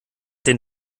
den